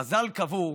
חז"ל קבעו